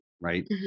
right